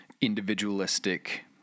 individualistic